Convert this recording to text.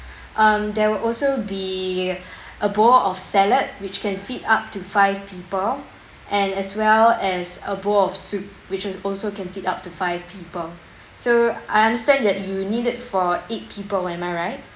um there will also be a bowl of salad which can feed up to five people and as well as a bowl of soup which is also can feed up to five people so I understand that you need it for eight people am I right